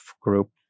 group